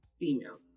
female